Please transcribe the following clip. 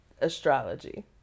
Astrology